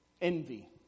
envy